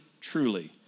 truly